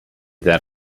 that